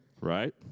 right